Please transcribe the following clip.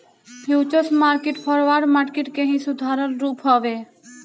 futures market forward market के ही सुधारल रूप हवे